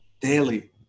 daily